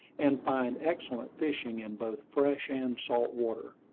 and find excellent fishing in both fresh and salt water.